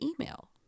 email